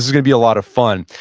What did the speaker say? is going to be a lot of fun.